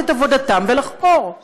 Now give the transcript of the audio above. אבל מתברר שגם כשמדובר במשטרת ישראל,